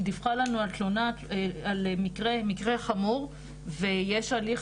היא דיווחה לנו על מקרה חמור ויש הליך